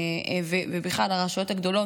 בכלל ברשויות הגדולות,